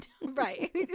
Right